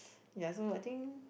ya so I think